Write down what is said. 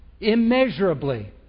Immeasurably